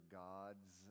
gods